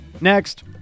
Next